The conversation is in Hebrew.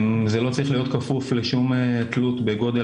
זה לא צריך להיות כפוך לשום תלות בגודל